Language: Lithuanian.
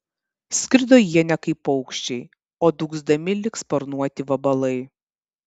skrido jie ne kaip paukščiai o dūgzdami lyg sparnuoti vabalai